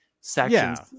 sections